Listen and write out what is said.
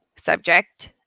subject